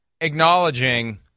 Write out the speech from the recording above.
acknowledging